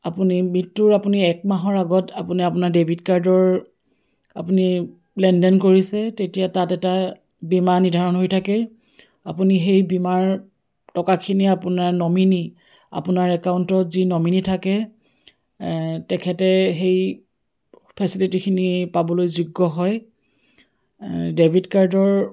আপুনি মৃত্যুৰ আপুনি এক মাহৰ আগত আপুনি আপোনাৰ ডেবিট কাৰ্ডৰ আপুনি লেনদেন কৰিছে তেতিয়া তাত এটা বীমা নিৰ্ধাৰণ হৈ থাকে আপুনি সেই বীমাৰ টকাখিনি আপোনাৰ নমিনী আপোনাৰ একাউণ্টত যি নমিনী থাকে তেখেতে সেই ফেচিলিটিখিনি পাবলৈ যোগ্য হয় ডেবিট কাৰ্ডৰ